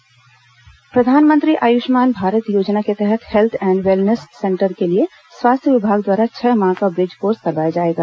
आयुष्मान भारत योजना प्रधानमंत्री आयुष्मान भारत योजना के तहत हेल्थ एण्ड वेलनेस सेंटर के लिए स्वास्थ्य विभाग द्वारा छह माह का ब्रिज कोर्स करवाया जाएगा